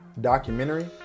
documentary